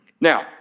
Now